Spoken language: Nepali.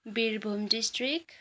विरभुम डिस्ट्रिक्ट